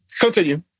Continue